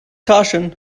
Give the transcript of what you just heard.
caution